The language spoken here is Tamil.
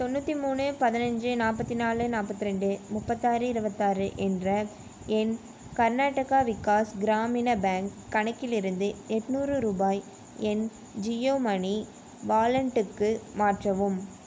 தொண்ணூற்றி மூணு பதினைஞ்சு நாற்பத்தி நாலு நாற்பத்தி ரெண்டு முப்பத்தாறு இருபத்தாறு என்ற என் கர்நாடகா விகாஸ் கிராமினா பேங்க் கணக்கிலிருந்து எட்நூறு ரூபாய் என் ஜியோ மணி வாலெண்ட்டுக்கு மாற்றவும்